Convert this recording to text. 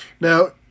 Now